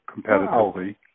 competitively